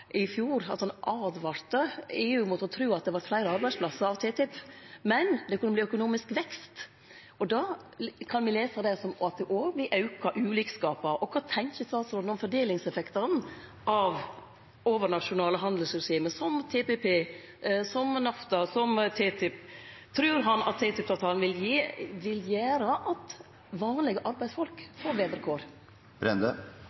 i fjor at han åtvara EU mot å tru at det vart fleire arbeidsplassar av TTIP, men det kunne verte økonomisk vekst. Det kan me lese som at me òg aukar ulikskapar. Kva tenkjer statsråden om fordelingseffektane av overnasjonale handelsregime som TPP, som NAFTA, som TTIP? Trur han at TTIP-avtalen vil gjere at vanlege arbeidsfolk